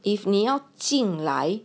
if 你要进来